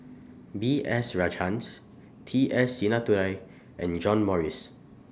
B S Rajhans T S Sinnathuray and John Morrice